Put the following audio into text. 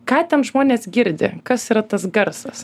ką ten žmonės girdi kas yra tas garsas